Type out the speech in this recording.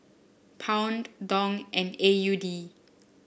Pound Dong and A U D